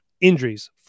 injuries